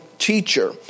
Teacher